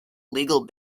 legal